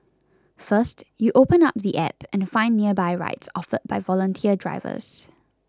first you open up the app and find nearby rides offered by volunteer drivers